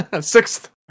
Sixth